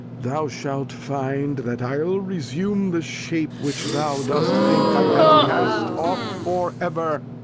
thou shalt find that i'll resume the shape which thou dost think i have cast off for ever.